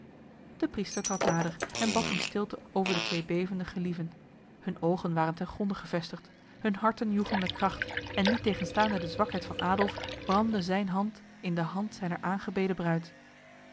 de priester trad nader en bad in stilte over de twee bevende gelieven hun ogen waren ten gronde gevestigd hun harten joegen met kracht en niettegenstaande de zwakheid van adolf brandde zijn hand in de hand zijner aangebeden bruid